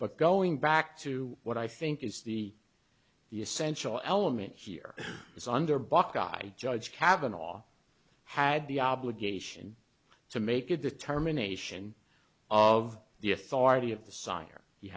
but going back to what i think is the the essential element here is under buckeye judge kavanaugh had the obligation to make a determination of the authority of